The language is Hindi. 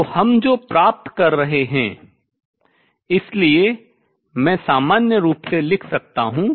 तो हम जो प्राप्त कर रहे हैं इसलिए मैं सामान्य रूप से लिख सकता हूँ